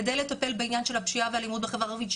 כדי לטפל בעניין של הפשיעה והאלימות בחברה הערבית,